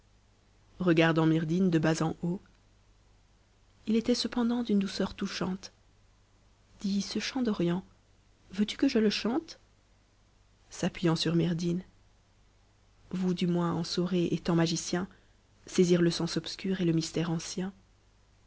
il était cependant d'une douceur touchante dis ce chant d'orient veux-tu que je le chante wt jm mm vous du moins en saurez étant magicien saisir le sens obscur et le mystère ancien